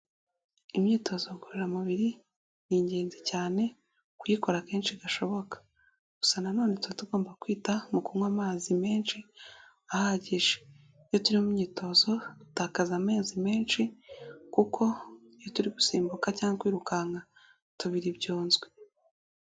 Imyitozo ngororamubiri ni ingenzi cyane kuyikora kenshi gashoboka gusa nanone tugomba kwita mu kunywa amazi menshi ahagije, iyo turimo mu myitozo dutakaza amazi menshi kuko iyo turi gusimbuka cyangwa kwirukanka tubiria ibyunzwe.